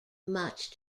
much